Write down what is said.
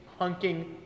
hunking